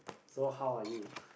so how are you